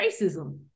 racism